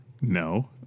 No